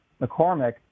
McCormick